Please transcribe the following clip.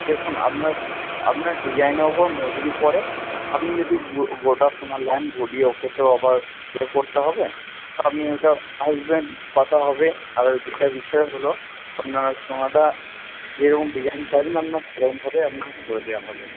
দেখুন আপনার আপনার ডিজাইনের উপর মজুরি পড়ে আপনি যদি গো গোটা সোনা নেন গলিয়ে ওকে তো আবার ইয়ে করতে হবে তো আপনি ওটা আসবেন কথা হবে আর যেটা বিষয় হল আপনার সোনাটা যেরকম ডিজাইন চাইবেন আপনার সেরকমভাবে আপনার করে দেওয়া হবে